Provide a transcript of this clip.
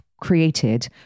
created